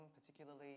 particularly